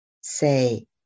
Say